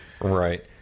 right